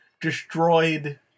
destroyed